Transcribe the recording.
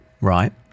Right